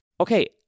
Okay